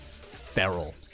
feral